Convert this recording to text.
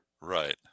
right